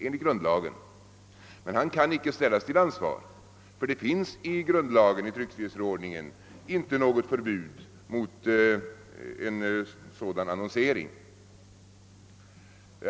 Han kan emellertid inte ställas till ansvar, ty det finns i tryckfrihetsförordningen inte något förbud mot en sådan annonsering.